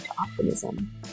Optimism